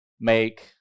make